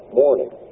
morning